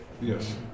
Yes